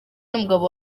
n’umugabo